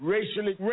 Racially